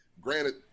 Granted